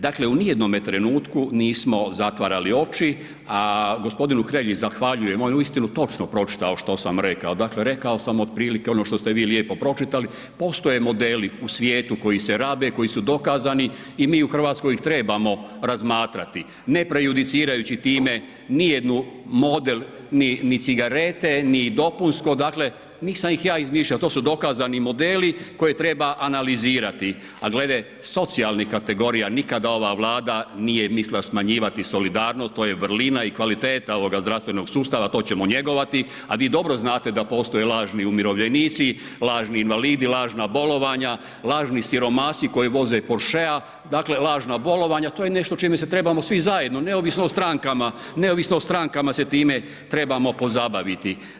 Dakle, ni u jednome trenutku nismo zatvarali oči, a g. Hrelji zavaljujem, on je uistinu točno pročitao što sam rekao, dakle rekao sam otprilike ono što ste vi lijepo pročitali, postoje modeli u svijetu koji se rabe, koji su dokazani i mi u RH ih trebamo razmatrati, ne prejudicirajući time nijednu model ni, ni cigarete, ni dopunsko, dakle nisam ih ja izmišljao, to su dokazani modeli koje treba analizirati, a glede socijalnih kategorija, nikada ova Vlada nije mislila smanjivati solidarnost, to je vrlina i kvaliteta ovoga zdravstvenog sustava, to ćemo njegovati, a vi dobro znate da postoje lažni umirovljenici, lažni invalidi, lažna bolovanja, lažni siromasi koji voze porschea, dakle lažna bolovanja, to je nešto čime se trebamo svi zajedno neovisno o stranka, neovisno o strankama se time trebamo pozabaviti.